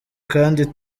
kandi